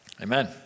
amen